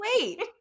Wait